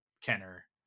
Kenner